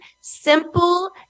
Simple